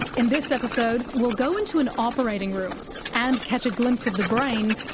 in this episode we'll go into an operating room and catch a glimpse of the brain,